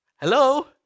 Hello